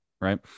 right